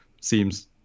seems